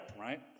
right